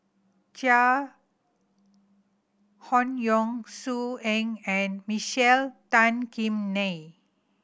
Chai Hon Yoong So Heng and Michael Tan Kim Nei